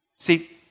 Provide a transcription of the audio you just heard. See